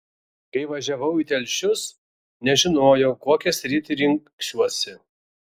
kai važiavau į telšius nežinojau kokią sritį rinksiuosi